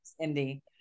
indy